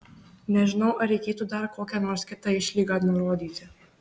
nežinau ar reikėtų dar kokią nors kitą išlygą nurodyti